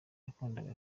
yakundaga